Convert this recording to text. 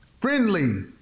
friendly